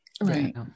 right